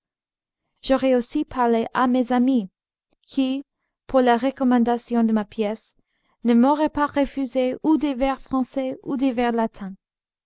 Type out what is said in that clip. j'aurais aussi parlé à mes amis qui pour la recommandation de ma pièce ne m'auraient pas refusé ou des vers français ou des vers latins